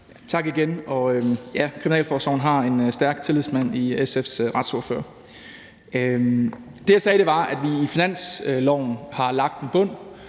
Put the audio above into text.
tak – kriminalforsorgen har en stærk tillidsmand i SF's retsordfører. Det, jeg sagde, var, at vi i finansloven har lagt en bund.